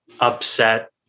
upset